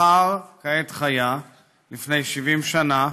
מחר כעת חיה לפני 70 שנה,